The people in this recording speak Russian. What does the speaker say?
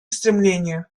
стремление